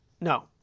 No